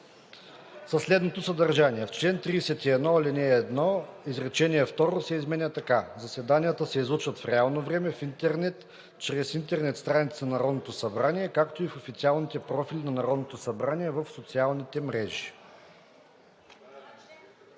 следното съдържание: „§ 1. В чл. 31, ал. 1 изречение второ се изменя така: „Заседанията се излъчват в реално време в интернет чрез интернет страницата на Народното събрание, както и в официалните профили на Народното събрание в социалните мрежи.“